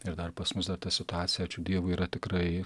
ir dar pas mus dar ta situacija ačiū dievui yra tikrai